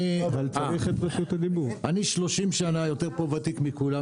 כבר 30 שנה אני יותר ותיק מכולם